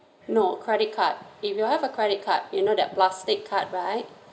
no credit card if you have a credit card you know that plastic card right